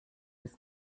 des